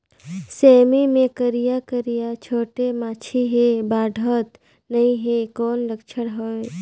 सेमी मे करिया करिया छोटे माछी हे बाढ़त नहीं हे कौन लक्षण हवय?